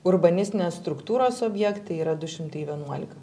urbanistinės struktūros objektai yra du šimtai vienuolika